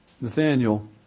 Nathaniel